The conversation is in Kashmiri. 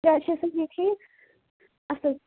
گرِ چھِو سٲری ٹھیٖک اَصٕل